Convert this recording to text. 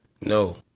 No